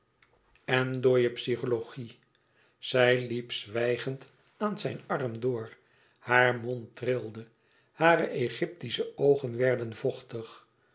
en door je psychologie zij liep zwijgend aan zijn arm door haar mond trilde hare egyptische oogen werden vochtig